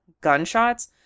gunshots